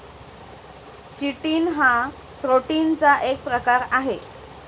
chitin हा प्रोटीनचा एक प्रकार आहे